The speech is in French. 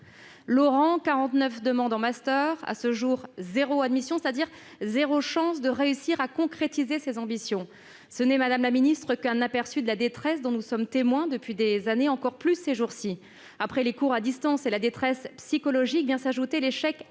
quarante-neuf demandes en master et, à ce jour, ... zéro admission, c'est-à-dire zéro chance de réussir à concrétiser ses ambitions. Ce n'est là, madame la ministre, qu'un aperçu de la détresse dont nous sommes témoins depuis des années, et en particulier ces jours-ci : après les cours à distance et la détresse psychologique, l'échec